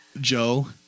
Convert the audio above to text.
Joe